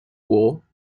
war